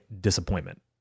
disappointment